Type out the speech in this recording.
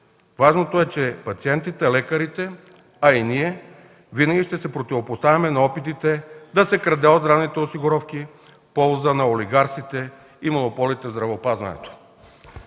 Важното е, че пациентите, лекарите, а и ние винаги ще се противопоставяме на опитите да се краде от здравните осигуровки в полза на олигарсите и монополите в здравеопазването.